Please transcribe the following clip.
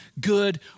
good